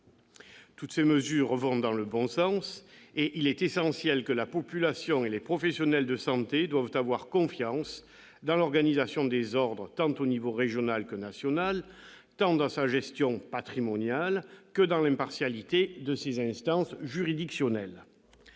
Toutes ces mesures vont dans le bon sens. Il est essentiel que la population et les professionnels de santé aient confiance dans l'organisation des ordres au niveau tant régional que national, dans leur gestion patrimoniale et dans l'impartialité de leurs instances juridictionnelles.